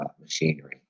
machinery